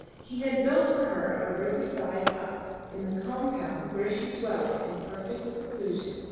he had built for her a riverside hut in the compound where she dwelt in perfect seclusion.